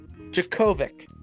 Jakovic